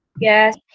Yes